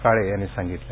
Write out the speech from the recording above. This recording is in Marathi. काळे यांनी सांगितलं